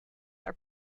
are